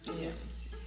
yes